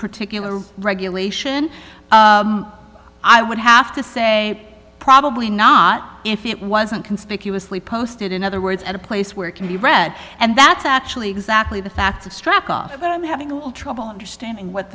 particular regulation i would have to say probably not if it wasn't conspicuously posted in other words at a place where it can be read and that's actually exactly the facts of strap off but i'm having a little trouble understanding what